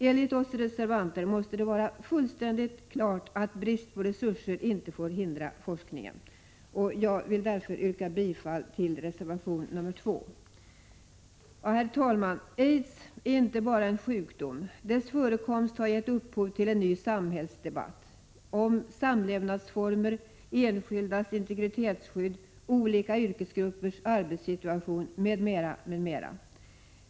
Enligt oss reservanter måste det vara fullständigt klart att brist på resurser inte får hindra forskningen. Jag vill därför yrka bifall till reservation 2. Herr talman! Aids är inte bara en sjukdom. Dess förekomst har gett upphov till en ny samhällsdebatt om samlevnadsformer, enskildas integritetsskydd, olika yrkesgruppers arbetssituation m.m.